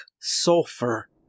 sulfur